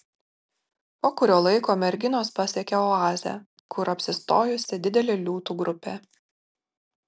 po kurio laiko merginos pasiekia oazę kur apsistojusi didelė liūtų grupė